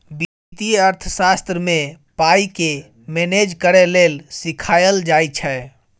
बित्तीय अर्थशास्त्र मे पाइ केँ मेनेज करय लेल सीखाएल जाइ छै